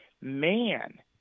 man